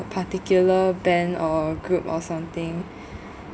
particular band or group or something